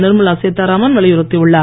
நிர்மலா சீத்தாராமன் வலியுறுத்தியுள்ளார்